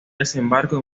desembarco